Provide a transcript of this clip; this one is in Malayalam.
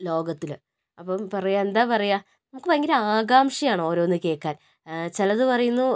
ലോകത്തില് അപ്പം പറയുക എന്താ പറയുക നമുക്ക് ഭയങ്കര ആകാംഷയാണ് ഓരോന്ന് കേൾക്കാൻ ചിലത് പറയുന്നു